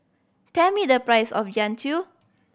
tell me the price of Jian Dui